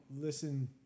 listen